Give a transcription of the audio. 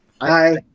Hi